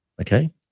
okay